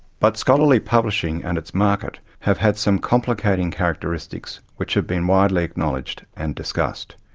but scholarly publishing and its market have had some complicating characteristics which have been widely acknowledged and discussed.